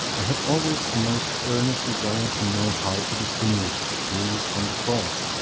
i had always a most earnest desire to know how to distinguish the true from the false,